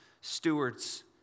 stewards